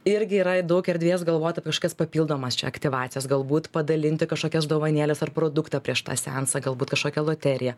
irgi yra daug erdvės galvoti apie ašokias papildomas čia aktyvacijas galbūt padalinti kašokias dovanėles ar produktą prieš tą seansą galbūt kažkokią loteriją